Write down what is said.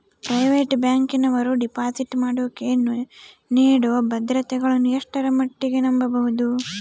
Private ಬ್ಯಾಂಕಿನವರು deposit ಮಾಡೋಕೆ ನೇಡೋ ಭದ್ರತೆಗಳನ್ನು ಎಷ್ಟರ ಮಟ್ಟಿಗೆ ನಂಬಬಹುದು?